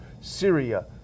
Syria